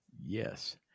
Yes